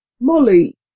Molly